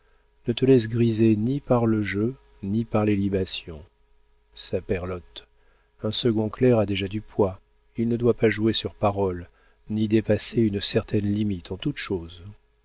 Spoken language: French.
ne te laisse griser ni par le jeu ni par les libations saperlotte un second clerc a déjà du poids il ne doit pas jouer sur parole ni dépasser une certaine limite en toute chose